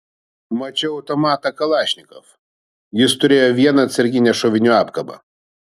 mačiau automatą kalašnikov jis turėjo vieną atsarginę šovinių apkabą